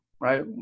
right